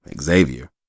Xavier